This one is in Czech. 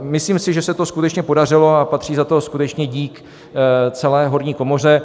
Myslím si, že se to skutečně podařilo a patří za to skutečně dík celé horní komoře.